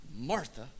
Martha